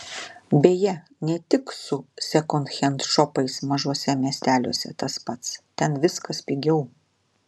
beje ne tik su sekondhend šopais mažuose miesteliuose tas pats ten viskas pigiau